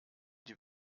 die